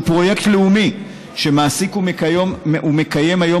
שהוא פרויקט לאומי שמעסיק ומקיים היום